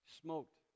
smoked